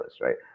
right